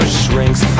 shrinks